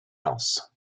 else